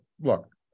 Look